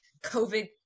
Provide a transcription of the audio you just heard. COVID